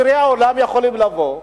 עשירי העולם יכולים לבוא,